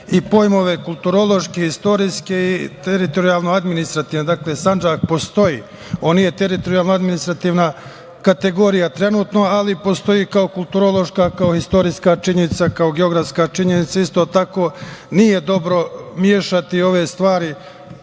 i pojmove kulturološke, istorijske i teritorijalno administrativne. Dakle, Sandžak postoji. On nije teritorijalno-administrativna kategorija trenutno, ali postoji kao kulturološka, kao istorijska činjenica, kao geografska činjenica. Isto tako, nije dobro mešati ove stvari